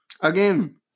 Again